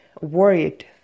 worried